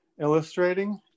illustrating